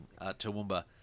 Toowoomba